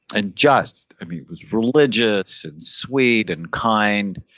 and just. i mean he was religious, and sweet, and kind,